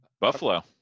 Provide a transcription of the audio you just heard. Buffalo